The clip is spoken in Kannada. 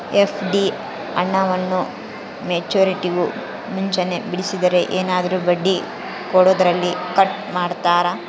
ಎಫ್.ಡಿ ಹಣವನ್ನು ಮೆಚ್ಯೂರಿಟಿಗೂ ಮುಂಚೆನೇ ಬಿಡಿಸಿದರೆ ಏನಾದರೂ ಬಡ್ಡಿ ಕೊಡೋದರಲ್ಲಿ ಕಟ್ ಮಾಡ್ತೇರಾ?